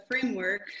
framework